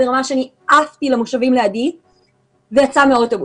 ברמה שאני עפתי למושבים שלידי ויצא מן האוטובוס.